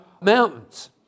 mountains